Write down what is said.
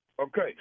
Okay